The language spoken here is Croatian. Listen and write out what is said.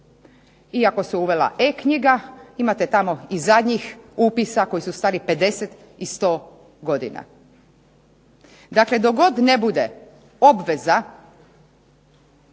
iako se uvela E-knjiga, imate tamo i zadnjih upisa koji su stari 50 i 100 godina. Dakle, dok god ne bude obveza